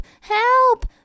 Help